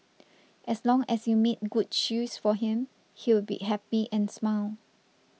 as long as you made good shoes for him he would be happy and smile